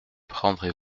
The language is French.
prendrez